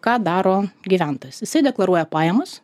ką daro gyventojas jisai deklaruoja pajamas